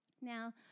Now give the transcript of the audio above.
Now